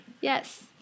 Yes